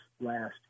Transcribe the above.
last